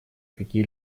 какие